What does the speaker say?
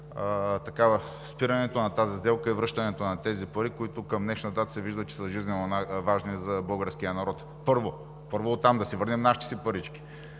спирането на тази сделка и връщането на тези пари, за които към днешна дата се вижда, че са жизненоважни за българския народ. Първо, оттам да си върнем нашите парички.